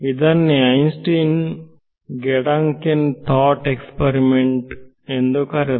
ಇದನೇ Einstein gedanken thought experiment ಎಂದು ಕರೆದ